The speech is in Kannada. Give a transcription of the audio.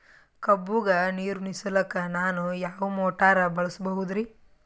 ಕಬ್ಬುಗ ನೀರುಣಿಸಲಕ ನಾನು ಯಾವ ಮೋಟಾರ್ ಬಳಸಬಹುದರಿ?